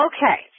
Okay